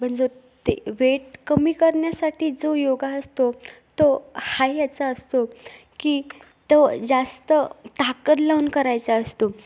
म्हणजे ते वेट कमी करण्यासाठी जो योगा असतो तो हाय याचा असतो की तो जास्त ताकद लावून करायचा असतो